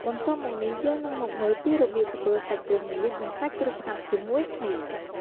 បន្ទាប់មកនេះយើងនឹងមកមើលពីរបៀបធ្វើសាច់គោងៀតនិងសាច់ជ្រូកផាត់ជាមួយគ្នា។